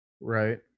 right